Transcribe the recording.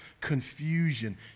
confusion